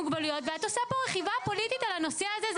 מוגבלויות ואת עושה פה רכיבה פוליטית על הנושא הזה.